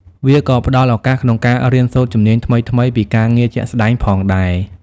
វាក៏ផ្តល់ឱកាសក្នុងការរៀនសូត្រជំនាញថ្មីៗពីការងារជាក់ស្តែងផងដែរ។